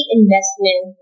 investment